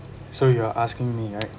so you're asking me right